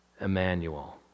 Emmanuel